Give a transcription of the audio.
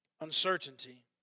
uncertainty